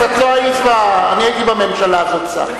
לא, אתם מגרשים אותנו גם מפה.